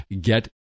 Get